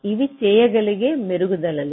ఇవి చేయగలిగే మెరుగుదలలు